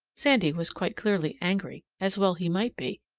sandy was quite clearly angry, as well he might be,